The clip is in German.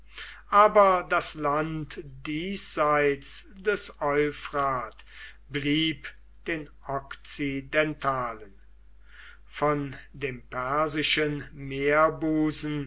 aber das land diesseits des euphrat blieb den okzidentalen von dem persischen meerbusen